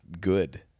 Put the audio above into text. good